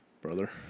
brother